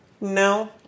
No